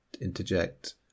interject